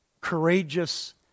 courageous